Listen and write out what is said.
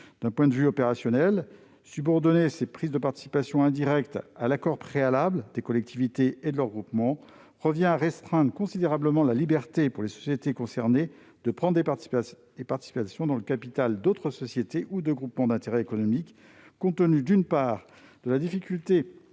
D'un point de vue opérationnel, subordonner ces prises de participation indirectes à l'accord préalable des collectivités et de leurs groupements revient à restreindre considérablement la liberté pour les sociétés concernées de prendre des participations dans le capital d'autres sociétés ou de groupements d'intérêt économique (GIE), compte tenu, d'une part, de la difficulté